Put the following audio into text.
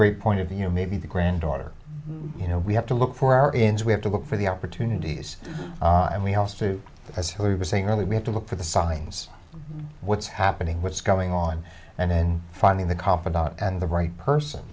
great point of view maybe the granddaughter you know we have to look for our ins we have to look for the opportunities and we have to because he was saying earlier we have to look for the signs what's happening what's going on and then finding the confidant and the right person